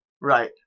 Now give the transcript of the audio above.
right